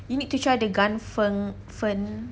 you need to try the gan feng fen